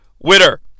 winner